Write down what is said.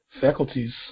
faculties